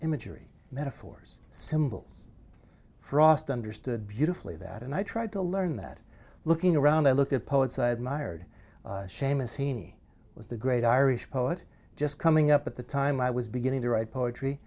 imagery metaphors symbols frost understood beautifully that and i tried to learn that looking around i looked at poets i admired seamus heaney was the great irish poet just coming up at the time i was beginning to write poetry